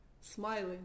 smiling